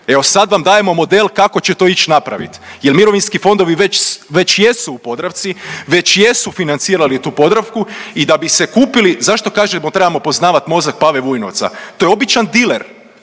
Evo sad vam dajemo model kako će to ić napravit jer mirovinski fondovi već jesu u Podravci, već jesu financirali tu Podravku i da bi se kupili, zašto kažemo trebamo poznavat mozak Pave Vujnovca? To je običan diler